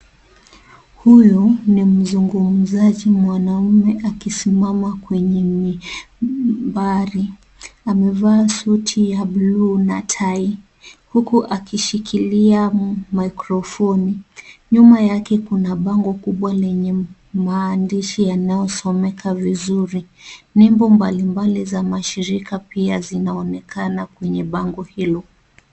Huyu ni mzungumzaji mwanaume akisimama kwenye mbaari. Amevaa suti ya bluu na tai huku akishikilia maikrofoni. Nyuma yake kuna bango kubwa lenye maandishi yanayosomeka vizuri. Nembo mbali mbali za mashirika pia zinaonekana kwenye bango hilo.